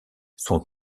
sont